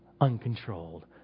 uncontrolled